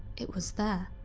it was there.